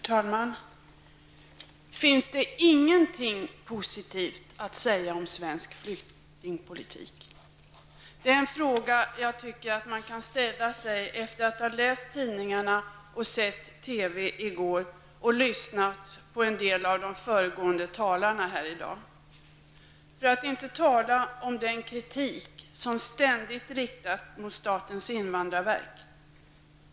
Herr talman! Finns det ingenting positivt att säga om svensk flyktingpolitik? Den frågan tycker jag att man kan ställa sig efter det att man har läst tidningarna och sett TV i går och sedan man lyssnat på en del av de föregående talarna i dag. För att inte tala om den kritik som ständigt riktas mot statens invandrarverk.